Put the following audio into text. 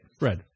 Red